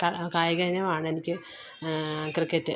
കാ കായിക ഇനമാണെനിക്ക് ക്രിക്കറ്റ്